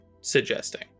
suggesting